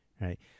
right